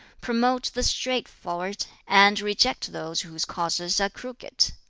promote the straightforward, and reject those whose courses are crooked,